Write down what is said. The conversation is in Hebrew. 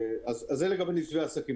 זה לגבי מתווה עסקים.